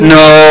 no